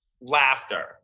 laughter